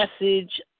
message